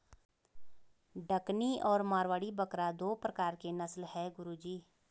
डकनी और मारवाड़ी बकरा दो प्रकार के नस्ल है गुरु जी